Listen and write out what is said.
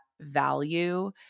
value –